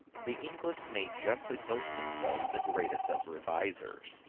the english may justly boast themselves the greatest of revisers.